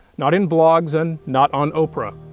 not in blogs, and not on oprah.